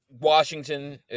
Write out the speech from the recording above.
Washington